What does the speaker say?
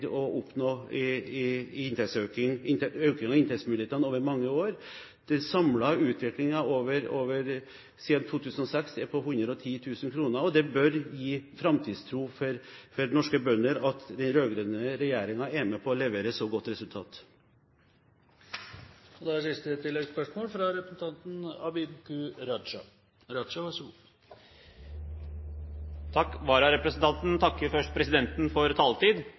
å oppnå i økning av inntektsmulighetene over mange år. Den samlede utviklingen siden 2006 er på 110 000 kr. Det bør gi framtidstro for norske bønder at den rød-grønne regjeringen er med på å levere så godt resultat. Abid Q Raja – til oppfølgingsspørsmål. Vararepresentanten takker først presidenten for taletid!